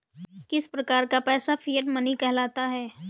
किस प्रकार का पैसा फिएट मनी कहलाता है?